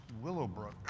Willowbrook